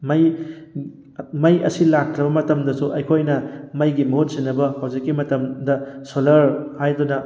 ꯃꯩ ꯃꯩ ꯑꯁꯤ ꯂꯥꯛꯇ꯭ꯔꯕ ꯃꯇꯝꯗꯁꯨ ꯑꯩꯈꯣꯏꯅ ꯃꯩꯒꯤ ꯃꯍꯨꯠ ꯁꯤꯟꯅꯕ ꯍꯧꯖꯤꯛꯀꯤ ꯃꯇꯝꯗ ꯁꯣꯂꯔ ꯍꯥꯏꯗꯅ